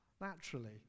naturally